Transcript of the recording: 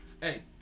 Hey